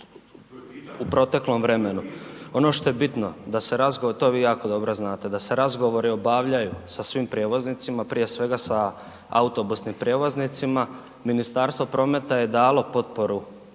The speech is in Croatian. u proteklom vremenu. Ono što je bitno, da se razgovori, to vi jako dobro znate, da se razgovori obavljaju sa svim prijevoznicima, prije svega sa autobusnim prijevoznicima, Ministarstvo prometa dalo potporu